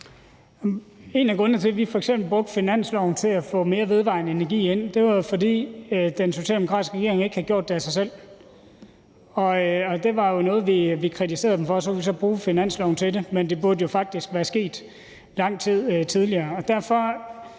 En af grundene til, at vi f.eks. brugte finansloven til at få mere vedvarende energi ind, var, at den socialdemokratiske regering ikke havde gjort det af sig selv. Det var jo noget, vi kritiserede dem for, og så kunne vi bruge finansloven til det. Men det burde faktisk være sket lang tid tidligere.